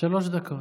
שלוש דקות.